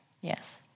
Yes